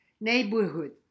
neighborhood